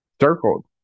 circled